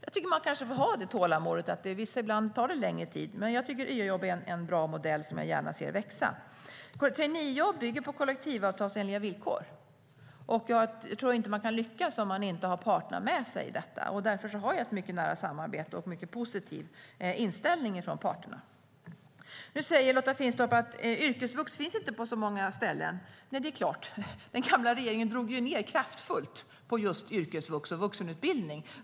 Jag tycker att man kanske får ha det tålamodet och inse att det ibland tar längre tid. Jag tycker dock att YA-jobb är en bra modell som jag gärna ser växa. Traineejobb bygger på kollektivavtalsenliga villkor, och jag tror inte att man kan lyckas om man inte har parterna med sig i detta. Därför har jag ett mycket nära samarbete med parterna och en mycket positiv inställning från dem. Lotta Finstorp säger att yrkesvux inte finns på så många ställen. Nej, det är klart; den tidigare regeringen drog ju ned kraftfullt på just yrkesvux och vuxenutbildning.